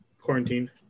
Quarantine